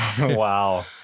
Wow